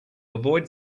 avoid